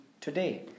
today